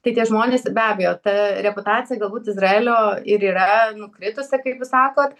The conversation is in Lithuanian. tai tie žmonės be abejo ta reputacija galbūt izraelio ir yra nukritusi kaip jūs sakot